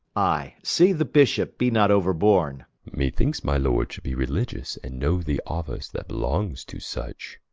i, see the bishop be not ouer-borne me thinkes my lord should be religious, and know the office that belongs to such